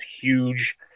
huge